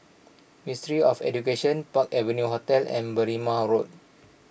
Ministry of Education Park Avenue Hotel and Berrima Road